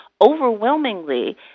Overwhelmingly